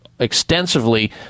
Extensively